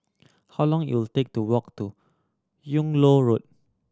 how long you take to walk to Yung Loh Road